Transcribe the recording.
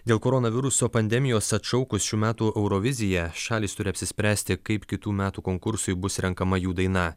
dėl koronaviruso pandemijos atšaukus šių metų euroviziją šalys turi apsispręsti kaip kitų metų konkursui bus renkama jų daina